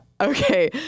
okay